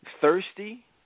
thirsty